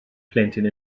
plentyn